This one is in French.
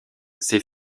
ses